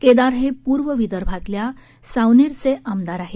केदार हे पूर्व विदर्भातल्या सावनेरचे आमदार आहेत